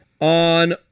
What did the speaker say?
On